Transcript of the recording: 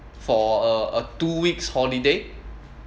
for a a two weeks holiday